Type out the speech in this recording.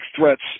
threats